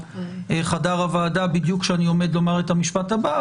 לחדר הוועדה בדיוק כשאני עומד לומר את המשפט הבא,